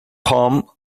home